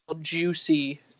juicy